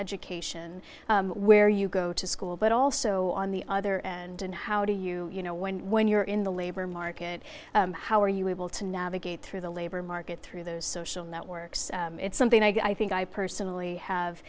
education where you go to school but also on the other and how do you you know when when you're in the labor market how are you able to navigate through the labor market through those social networks it's something i think i personally have